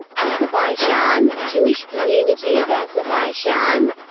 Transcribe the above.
azerbaijan jewish community of azerbaijan